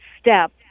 step